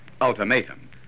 ultimatum